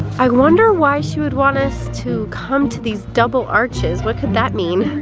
i wonder why she would want us to come to these double arches. what could that mean?